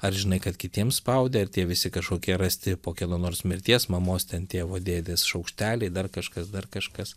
ar žinai kad kitiems spaudė ar tie visi kažkokie rasti po kieno nors mirties mamos ten tėvo dėdės šaukšteliai dar kažkas dar kažkas